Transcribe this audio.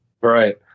Right